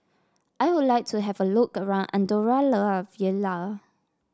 I would like to have a look around Andorra La Vella